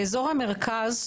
באזור המרכז,